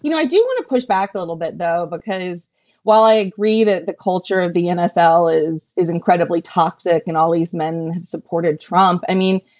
you know i do want to push back a little bit, though, because while i agree that the culture of the nfl is is incredibly toxic and all these men supported trump, i mean,